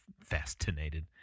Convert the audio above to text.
Fascinated